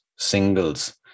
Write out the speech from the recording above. singles